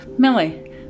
Millie